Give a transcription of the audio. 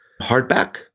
hardback